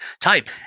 type